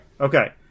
Okay